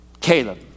Caleb